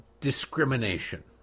discrimination